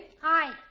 Hi